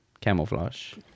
Camouflage